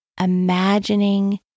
imagining